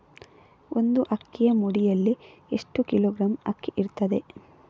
ಒಂದು ಅಕ್ಕಿಯ ಮುಡಿಯಲ್ಲಿ ಎಷ್ಟು ಕಿಲೋಗ್ರಾಂ ಅಕ್ಕಿ ಇರ್ತದೆ?